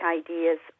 ideas